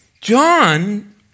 John